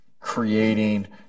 creating